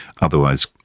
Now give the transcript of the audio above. Otherwise